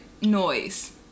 noise